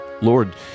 Lord